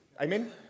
Amen